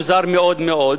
מוזר מאוד מאוד.